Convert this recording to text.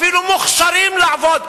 אפילו מוכשרים לעבוד,